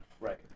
Right